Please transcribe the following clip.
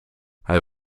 hij